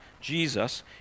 Jesus